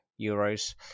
Euros